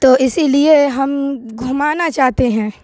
تو اسی لیے ہم گھمانا چاہتے ہیں